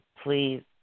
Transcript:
Please